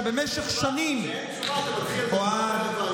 שבמשך שנים, כשאין תשובה אתה מתחיל, אוהד.